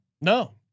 No